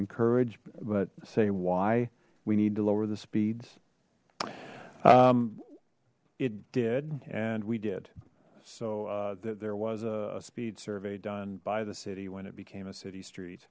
encourage but say why we need to lower the speeds it did and we did so that there was a speed survey done by the city when it became a city street